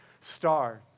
star